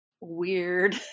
weird